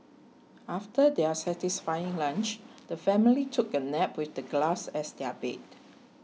after their satisfying lunch the family took a nap with the grass as their bed